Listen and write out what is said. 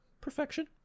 perfection